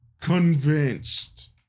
convinced